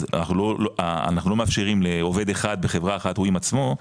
אז אנחנו לא אנחנו לא מאפשרים לעובד אחד בחברה אחת הוא עם עצמו,